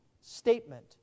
statement